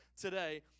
today